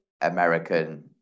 American